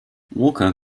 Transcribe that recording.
walker